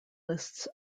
lists